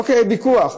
אוקיי, ויכוח.